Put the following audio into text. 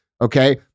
Okay